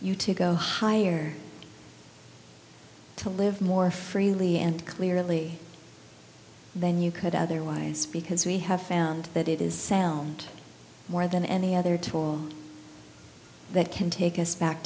you to go higher to live more freely and clearly than you could otherwise because we have found that it is sound more than any other tool that can take us back